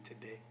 today